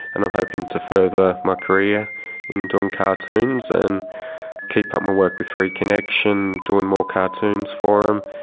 and i'm hoping to further my career in doing cartoons and keep up my work with reconnexion, doing more cartoons for them,